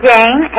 Jane